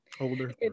older